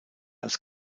als